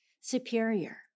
superior